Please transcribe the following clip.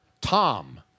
Tom